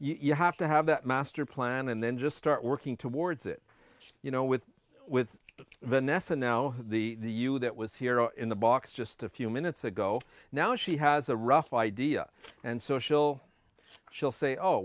still you have to have that master plan and then just start working towards it you know with with vanessa now the new that was here in the box just a few minutes ago now she has a rough idea and social she'll say oh